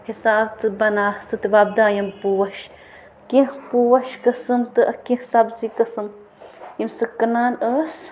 حساب ژٕ بناوکھ ژٕ تہِ وۄپداو یِم پوش کیٚنہہ پوش قٕسم تہٕ کیٚنہہ سبزی قٕسم یِم سُہ کٕنان ٲس